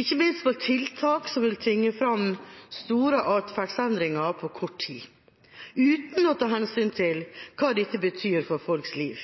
ikke minst når det gjelder tiltak som vil tvinge fram store atferdsendringer på kort tid – uten å ta hensyn til hva dette betyr for folks liv.